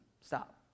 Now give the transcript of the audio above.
Stop